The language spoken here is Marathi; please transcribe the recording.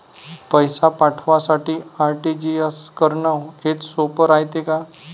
पैसे पाठवासाठी आर.टी.जी.एस करन हेच सोप रायते का?